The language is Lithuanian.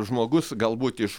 žmogus galbūt iš